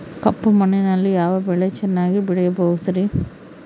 ಕಪ್ಪು ಮಣ್ಣಿನಲ್ಲಿ ಯಾವ ಬೆಳೆ ಚೆನ್ನಾಗಿ ಬೆಳೆಯಬಹುದ್ರಿ?